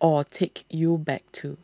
or take you back to